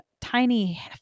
tiny